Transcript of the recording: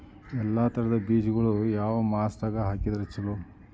ಎಲ್ಲಾ ತರದ ಬೇಜಗೊಳು ಯಾವ ಮಾಸದಾಗ್ ಹಾಕಿದ್ರ ಛಲೋ?